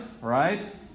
right